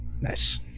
Nice